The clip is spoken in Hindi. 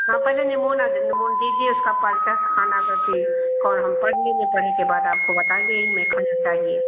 हाँ पहले नमोना दें नमूना दीजिए उसका पर्चा खाना का कौन हम पढ़ने में पढ़ेकर बाद आपको बताएंगे इ हमें खना चाहिए